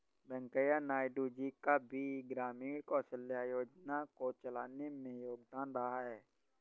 वैंकैया नायडू जी का भी ग्रामीण कौशल्या योजना को चलाने में योगदान रहा है